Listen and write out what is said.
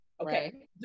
Okay